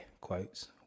quotes